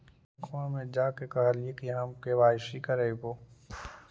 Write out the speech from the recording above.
बैंकवा मे जा के कहलिऐ कि हम के.वाई.सी करईवो?